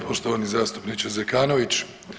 Poštovani zastupniče Zekanović.